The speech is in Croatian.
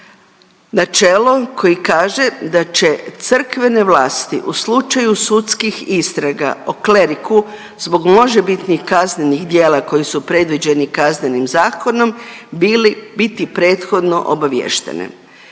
načelo koji kaže da će crkvene vlasti u slučaju sudskih istraga o kleriku zbog možebitnih kaznenih djela koji su predviđeni kaznenim zakonom bili, biti prethodno obaviještene.